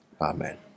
Amen